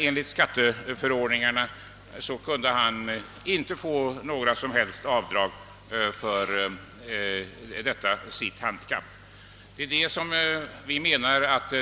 Enligt skatteförordningarna kunde han emellertid inte få göra några som helst avdrag med anledning av sitt handikapp.